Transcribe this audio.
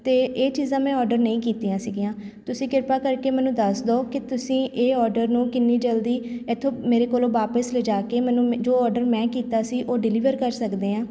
ਅਤੇ ਇਹ ਚੀਜ਼ਾਂ ਮੈਂ ਔਡਰ ਨਹੀਂ ਕੀਤੀਆਂ ਸੀਗੀਆਂ ਤੁਸੀਂ ਕਿਰਪਾ ਕਰਕੇ ਮੈਨੂੰ ਦੱਸ ਦਉ ਕਿ ਤੁਸੀਂ ਇਹ ਔਡਰ ਨੂੰ ਕਿੰਨੀ ਜਲਦੀ ਇੱਥੋਂ ਮੇਰੇ ਕੋਲੋਂ ਵਾਪਸ ਲਿਜਾ ਕੇ ਮੈਨੂੰ ਮ ਜੋ ਔਡਰ ਮੈਂ ਕੀਤਾ ਸੀ ਉਹ ਡਿਲੀਵਰ ਕਰ ਸਕਦੇ ਹਾਂ